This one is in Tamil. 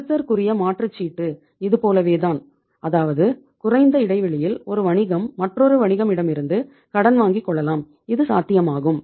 செலுத்தற்குரிய மாற்றுச்சீட்டு இது போலவே தான் அதாவது குறைந்த இடைவெளியில் ஒரு வணிகம் மற்றொரு வணிகம் இடமிருந்து கடன் வாங்கிக் கொள்ளலாம் இது சாத்தியமாகும்